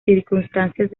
circunstancias